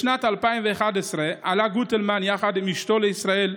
בשנת 2011 עלה גוטלמן יחד עם אשתו לישראל.